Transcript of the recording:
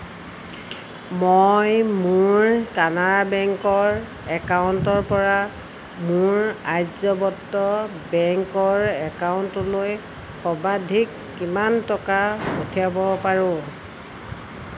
মই মোৰ কানাড়া বেংকৰ একাউণ্টৰ পৰা মোৰ আৰ্যভট্ট বেংকৰ একাউণ্টলৈ সৰ্বাধিক কিমান টকা পঠিয়াব পাৰো